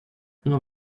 not